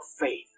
faith